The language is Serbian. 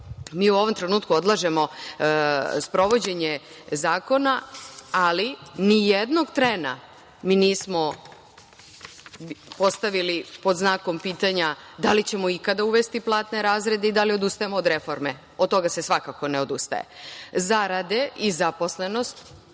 u ovom trenutku odlažemo sprovođenje zakona, ali nijednog trena mi nismo postavili pod znakom pitanja da li ćemo ikada uvesti platne razrede i da li odustajemo od reforme, od toga se svakako ne odustaje. Zarade i zaposlenost